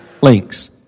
Links